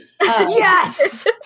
Yes